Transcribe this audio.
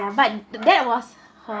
but the that was her